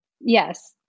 Yes